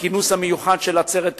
בכינוס המיוחד של עצרת האו"ם,